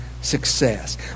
success